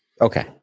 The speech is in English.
Okay